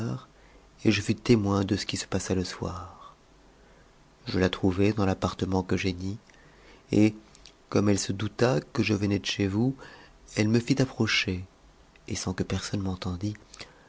et je fus témoin de qui se passa le soir je la trouvai dans l'appartement que j'ai dit et f'omme elle se douta que je venais de chez vous elle me fit approcher et sans que personne m'entendît